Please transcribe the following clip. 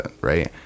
right